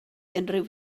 unrhyw